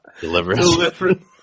Deliverance